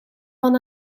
van